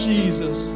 Jesus